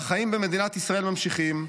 והחיים במדינת ישראל ממשיכים,